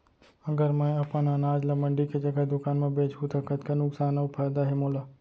अगर मैं अपन अनाज ला मंडी के जगह दुकान म बेचहूँ त कतका नुकसान अऊ फायदा हे मोला?